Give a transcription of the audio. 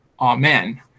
amen